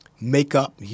makeup